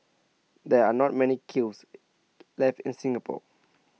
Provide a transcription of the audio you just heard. there are not many kilns left in Singapore